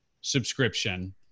subscription